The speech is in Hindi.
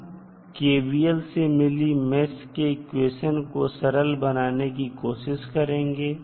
हम KVL से मिली मेष के इक्वेशन को सरल बनाने की कोशिश करेंगे